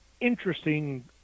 interesting